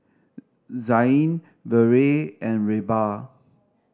Zain Vere and Reba